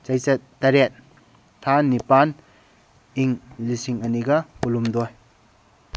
ꯆꯩꯆꯠ ꯇꯔꯦꯠ ꯊꯥ ꯅꯤꯄꯥꯟ ꯏꯪ ꯂꯤꯁꯤꯡ ꯑꯅꯤꯒ ꯀꯨꯟꯍꯨꯝꯗꯣꯏ